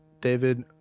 David